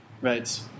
Right